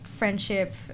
friendship